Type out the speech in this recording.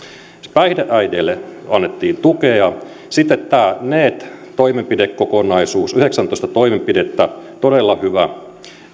päihdeäideille annettiin tukea sitten tämä neet toimenpidekokonaisuus yhdeksäntoista toimenpidettä todella hyvä